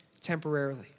temporarily